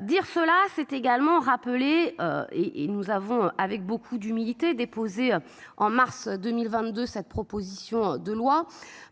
Dire cela s'est également rappelé. Et et nous avons avec beaucoup d'humilité déposée en mars 2022. Cette proposition de loi